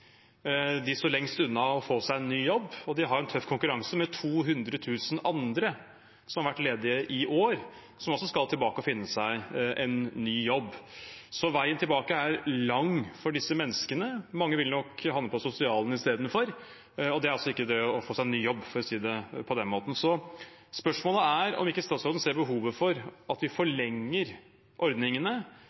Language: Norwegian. de som har vært langtidsledige, altså ledige fra før koronakrisen, står lengst unna å få seg en ny jobb, og de har en tøff konkurranse med 200 000 andre som har vært ledige i år, som også skal tilbake og finne seg en ny jobb. Så veien tilbake er lang for disse menneskene. Mange vil nok havne på sosialen istedenfor, og det er altså ikke å få seg ny jobb, for å si det på den måten. Så spørsmålet er om ikke statsråden ser behovet for at vi forlenger ordningene